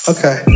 Okay